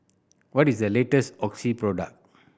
what is the latest Oxy product